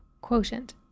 Quotient